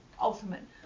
ultimate